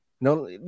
No